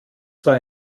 zwar